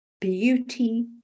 beauty